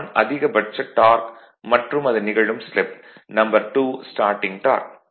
1 அதிகபட்ச டார்க் மற்றும் அது நிகழும் ஸ்லிப் 2 ஸ்டார்ட்டிங் டார்க்